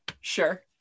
sure